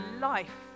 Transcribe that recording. life